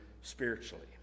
spiritually